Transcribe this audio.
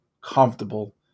comfortable